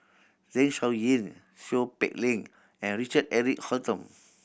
Zeng Shouyin Seow Peck Leng and Richard Eric Holttum